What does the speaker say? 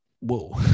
whoa